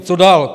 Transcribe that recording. Co dál?